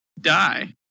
die